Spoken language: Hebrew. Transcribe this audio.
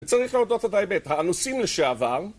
צריך להודות את האמת, האנוסים לשעבר...